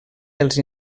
pels